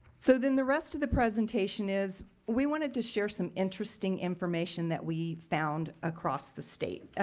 so then the rest of the presentation is we wanted to share some interesting information that we found across the state.